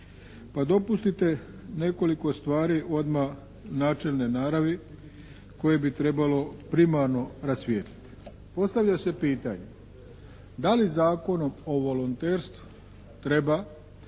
Pa dopustite nekoliko stvari odmah načelne naravi koje bi trebalo primarno rasvijetliti. Postavlja se pitanje da li Zakonom o volonterstvu treba